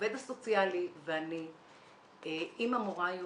העובד הסוציאלי ואני עם המורה היועצת.